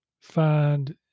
find